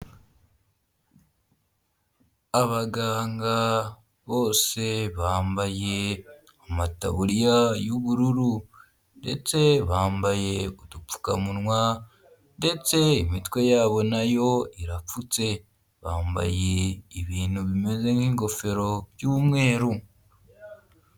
Abaganga bose bambaye amataburiya y'ubururu ndetse bambaye udupfukamunwa ndetse imitwe yabo nayo irapfutse, bambaye ibintu bimeze nk'ingofero by'umweru.